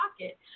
pocket